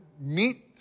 meet